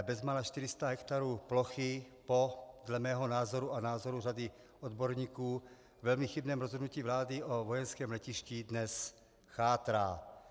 Bezmála 400 hektarů plochy, po dle mého názoru a názoru řady odborníků velmi chybném rozhodnutí vlády o vojenském letišti, dnes chátrá.